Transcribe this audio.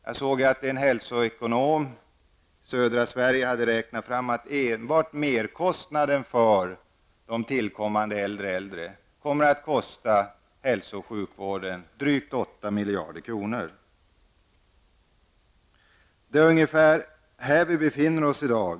Jag såg att en hälsoekonom i södra Sverige hade räknat fram att enbart hälsooch sjukvårdens merkostnad för de tillkommande äldre kommer att bli 8 miljarder kronor. Det är ungefär här vi befinner oss i dag.